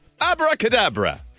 Abracadabra